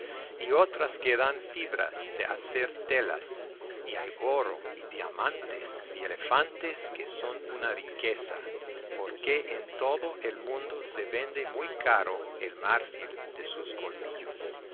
y otras que dan fibras de hacer telas y hay oro y diamantes y elefantes que son una riqueza porque en todo el mundo se vende muy caro el marfil de sus colmillos